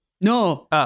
No